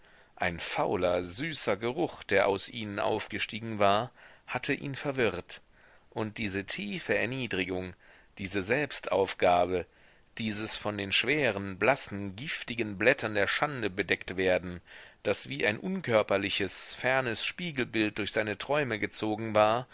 ein fauler süßer geruch der aus ihnen aufgestiegen war hatte ihn verwirrt und diese tiefe erniedrigung diese selbstaufgabe dieses von den schweren blassen giftigen blättern der schande bedecktwerden das wie ein unkörperliches fernes spiegelbild durch seine träume gezogen war